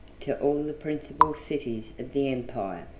to all the principal cities of the empire,